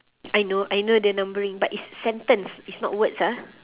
I know I know the numbering but it's sentence it's not words ah